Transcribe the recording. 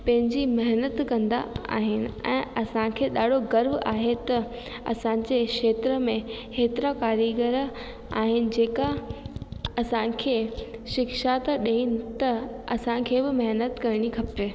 पंहिंजी महिनत कंदा आहिनि ऐं असांखे ॾाढो गर्व आहे त असांजे क्षेत्र में हेतिरा कारीगर आहिनि जेका असांखे शिक्षा ॾियनि त असांखे बि महिनत करिणी खपे